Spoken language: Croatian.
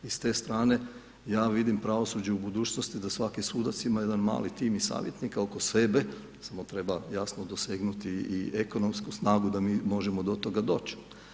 I s te strane ja vidim pravosuđe u budućnosti da svaki sudac ima jedan mali tim savjetnika oko sebe, samo treba jasno dosegnuti i ekonomsku snagu da mi možemo do toga doći.